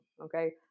okay